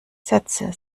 sätze